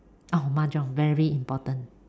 oh mahjong very important